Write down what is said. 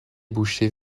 bouchée